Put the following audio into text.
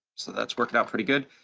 so that's worked out pretty good.